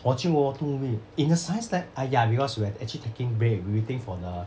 watching world war two movie in the science lab ah ya because we are actually taking break we waiting for the